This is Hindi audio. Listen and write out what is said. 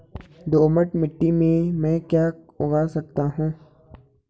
दोमट मिट्टी में म ैं क्या क्या उगा सकता हूँ?